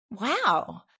Wow